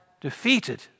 defeated